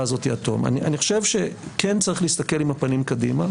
הזאת עד תום: אני חושב שצריך להסתכל עם הפנים קדימה,